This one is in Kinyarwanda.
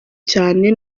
cyane